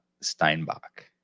Steinbach